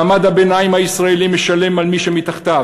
מעמד הביניים הישראלי משלם על מי שמתחתיו,